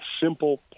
simple